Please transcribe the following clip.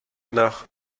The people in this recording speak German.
nach